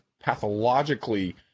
pathologically